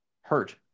hurt